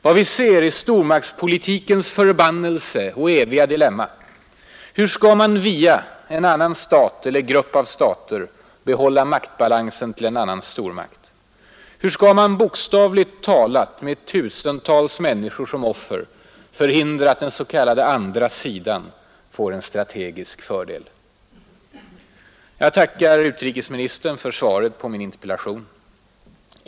Vad vi ser är stormaktspolitikens förbannelse och eviga dilemma: hur skall man via en annan stat eller grupp av stater behålla maktbalansen till en annan stormakt? Hur skall man bokstavligt talat med tusentals människor som offer förhindra att den s.k. andra sidan får en strategisk fördel? Jag tackar utrikesministern för svaret på min interpellation.